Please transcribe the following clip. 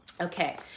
okay